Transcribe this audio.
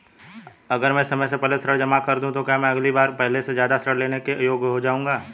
अगर मैं समय से पहले ऋण जमा कर दूं तो क्या मैं अगली बार पहले से ज़्यादा ऋण लेने के योग्य हो जाऊँगा?